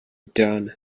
done